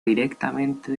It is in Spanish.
directamente